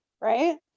right